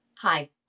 Hi